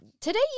today